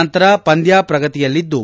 ನಂತರ ಪಂದ್ಲ ಪ್ರಗತಿಯಲ್ಲಿದ್ದು